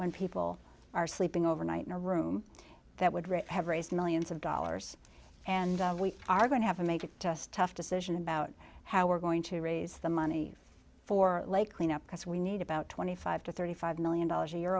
when people are sleeping overnight in a room that would really have raised millions of dollars and we are going to have to make it to us tough decision about how we're going to raise the money for lake cleanup because we need about twenty five to thirty five million dollars a year